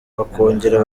bakongera